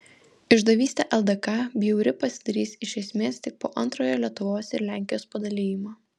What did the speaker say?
išdavystė ldk bjauri pasidarys iš esmės tik po antrojo lietuvos ir lenkijos padalijimo